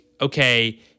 okay